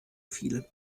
viel